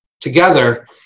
together